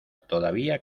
todavía